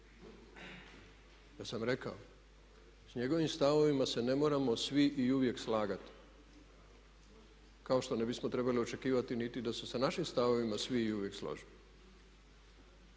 Ja sam rekao, sa njegovim stavovima se ne moramo svi i uvijek slagati kao što ne bismo trebali očekivati niti da se sa našim stavovima svi uvijek slože.